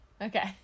Okay